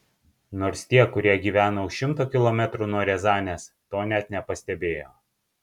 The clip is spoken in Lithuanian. nors tie kurie gyvena už šimto kilometrų nuo riazanės to net nepastebėjo